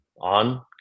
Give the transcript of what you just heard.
on